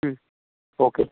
മ് ഓക്കെ